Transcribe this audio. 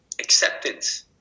acceptance